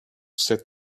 sit